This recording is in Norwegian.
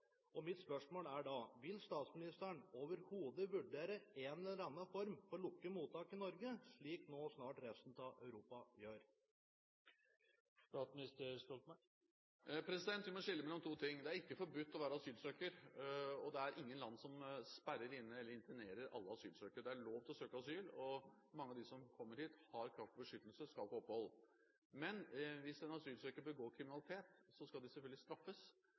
Mitt spørsmål er da: Vil statsministeren overhodet vurdere en eller annen form for lukkede mottak i Norge, slik nå snart resten av Europa gjør? Vi må skille mellom to ting: Det er ikke forbudt å være asylsøker, og det er ingen land som sperrer inne eller internerer alle asylsøkere. Det er lov til å søke asyl, og mange av dem som kommer hit, har krav på beskyttelse og skal få opphold. Men hvis asylsøkere begår kriminalitet skal de selvfølgelig straffes.